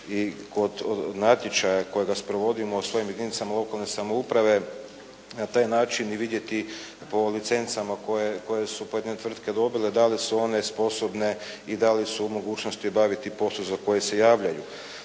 i kod natječaja koje sprovodimo u svojim jedinicama lokalne samouprave na taj način i vidjeti po licencama koje su pojedine tvrtke dobile da li su one sposobne i da li su u mogućnosti obaviti posao za koji se javljaju.